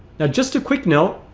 now just a quick note.